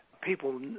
People